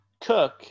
cook